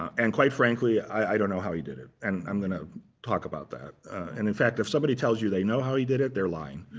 and quite frankly, i don't know how he did it, and i'm going to talk about that. and in fact, if somebody tells you they know how he did it, they're lying,